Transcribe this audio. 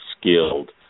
skilled